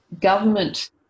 government